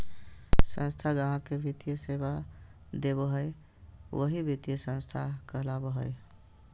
संस्था गाहक़ के वित्तीय सेवा देबो हय वही वित्तीय संस्थान कहलावय हय